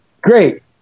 Great